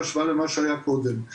בהשוואה למה שהיה קודם.